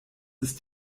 ist